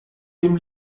dem